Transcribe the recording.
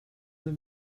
live